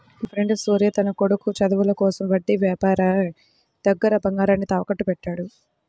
మాఫ్రెండు సూర్య తన కొడుకు చదువుల కోసం వడ్డీ యాపారి దగ్గర బంగారాన్ని తాకట్టుబెట్టాడు